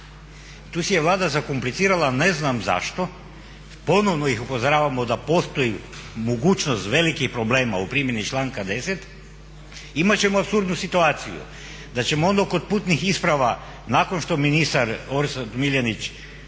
Tu si je Vlada zakomplicirala ne znam zašto, ponovno ih upozoravamo da postoji mogućnost velikih problema u primjeni članka 10. Imat ćemo apsurdnu situaciju da ćemo onda kod putnih isprava nakon što ministar Orsat Miljenić